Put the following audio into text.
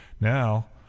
now